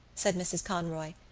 said mrs. conroy.